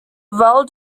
val